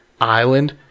island